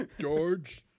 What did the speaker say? George